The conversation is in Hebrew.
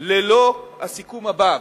ללא הסיכום הבא.